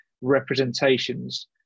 representations